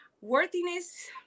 Worthiness